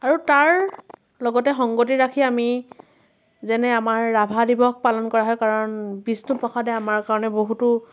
আৰু তাৰ লগতে সংগতি ৰাখি আমি যেনে আমাৰ ৰাভা দিৱস পালন কৰা হয় কাৰণ বিষ্ণু প্ৰসাদে আমাৰ কাৰণে বহুতো